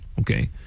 Okay